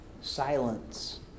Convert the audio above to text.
silence